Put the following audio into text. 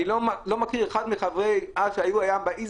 אני לא מכיר אחד מחברי ועדה שהיה מעז